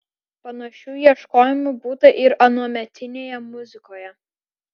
panašių ieškojimų būta ir anuometinėje muzikoje